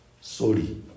Sorry